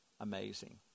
Amazing